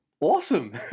awesome